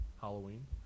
Halloween